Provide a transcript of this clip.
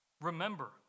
Remember